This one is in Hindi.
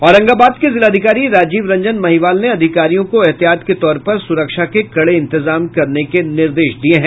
औरंगाबाद के जिलाधिकारी राजीव रंजन महिवाल ने अधिकारियों को एहतियात के तौर पर सुरक्षा के कड़े इंतजाम करने के निर्देश दिए हैं